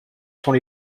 sont